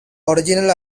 original